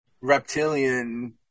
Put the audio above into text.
reptilian